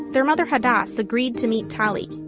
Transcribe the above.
their mother hadas agreed to meet tali